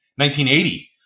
1980